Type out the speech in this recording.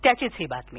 त्याचीच ही बातमी